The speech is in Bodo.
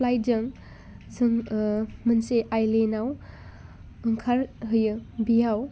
फ्लाइटजों जों मोनसे आइलेण्डआव ओंखारहैयो बेयाव